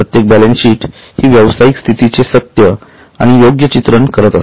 प्रत्येक बॅलन्सशीट हि व्यावसायिक स्थितीचे सत्य आणि योग्य चित्रण करत असते